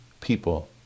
people